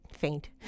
faint